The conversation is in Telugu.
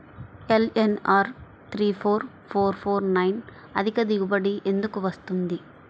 LNR three four four four nine అధిక దిగుబడి ఎందుకు వస్తుంది?